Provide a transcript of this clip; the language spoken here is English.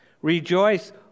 Rejoice